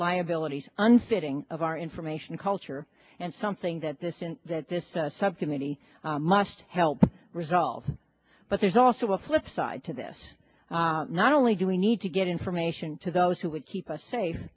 liabilities unfitting of our information culture and something that this and that this subcommittee must help resolve but there's also a flip side to this not only do we need to get information to those who would keep us safe